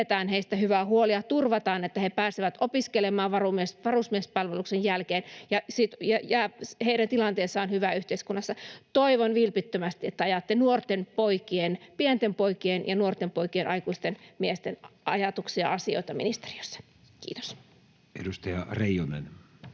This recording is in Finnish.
heistä hyvä huoli ja turvataan, että he pääsevät opiskelemaan varusmiespalveluksen jälkeen ja että heidän tilanteensa on hyvä yhteiskunnassa. Toivon vilpittömästi, että ajatte nuorten poikien, pienten poikien ja nuorten poikien, aikuisten miesten ajatuksia ja asioita ministeriössä. — Kiitos. [Speech